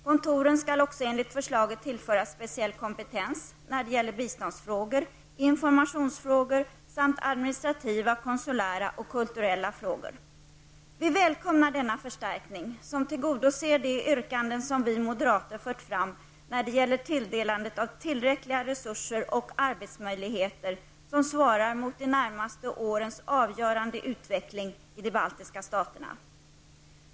Kontoren skall också enligt förslaget tillföras speciell kompetens när det gäller biståndsfrågor, informationsfrågor samt administrativa, konsulära och kulturella frågor. Vi välkomnar denna förstärkning som tillgodoser de yrkanden som vi moderater fört fram när det gäller tilldelandet av tillräckliga resurser och arbetsmöjligheter som svarar mot de närmaste årens avgörande utveckling i de baltiska staterna.